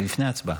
בבקשה.